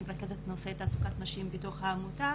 אני מרכזת את נושא תעסוקת נשים בתוך העמותה,